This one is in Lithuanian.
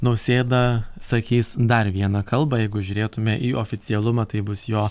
nausėda sakys dar vieną kalbą jeigu žiūrėtume į oficialumą tai bus jo